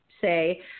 say